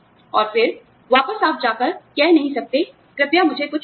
और फिर आप वापस जाकर कह नहीं सकते कृपया मुझे कुछ और दें